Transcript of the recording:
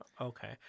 Okay